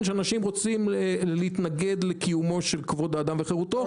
אחרי זה שאנשים רוצים להתנגד לקיומו של כבוד האדם וחרותו.